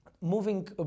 Moving